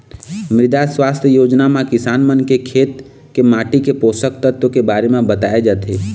मृदा सुवास्थ योजना म किसान मन के खेत के माटी के पोसक तत्व के बारे म बताए जाथे